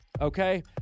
okay